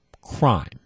crime